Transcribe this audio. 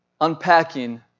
unpacking